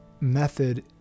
method